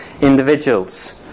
individuals